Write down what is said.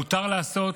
מותר לעשות,